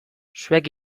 zuek